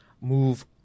move